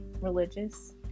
religious